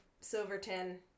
Silverton